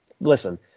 listen